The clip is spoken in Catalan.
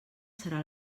serà